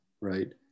right